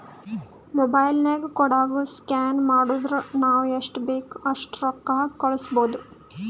mobile ನಾಗ್ ಕೋಡ್ಗ scan ಮಾಡುರ್ ನಾವ್ ಎಸ್ಟ್ ಬೇಕ್ ಅಸ್ಟ್ ರೊಕ್ಕಾ ಕಳುಸ್ಬೋದ್